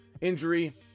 Injury